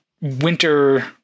winter